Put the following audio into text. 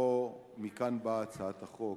ומכאן באה הצעת החוק,